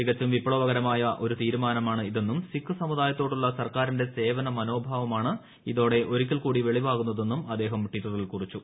തികച്ചും വിപ്ലവകരമായ ഒരു തീരുമാനമാണ് ഇതെന്നും സിഖ് സമുദായ ത്തോടുള്ള സർക്കാരിന്റെ സേവന മനോഭാവമാണ് ഇതോടെ ഒരിക്കൽ കൂടി വെളിവാകുന്നതെന്നും അദ്ദേഹം ട്വിറ്ററിൽ കുറിച്ചു